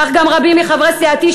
כך גם רבים מחברי סיעתי,